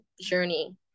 journey